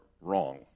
wrong